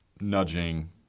nudging